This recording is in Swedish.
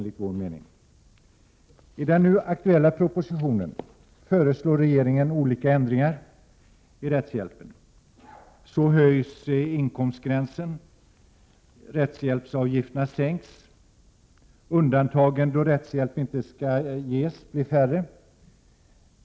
I den nu aktuella propositionen föreslår regeringen olika ändringar i rättshjälpen: Inkomstgränsen höjs, rättshjälpsavgifterna sänks och undantagen från rättshjälp blir färre.